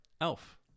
Elf